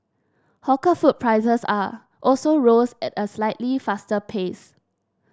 hawker food prices are also rose at a slightly faster pace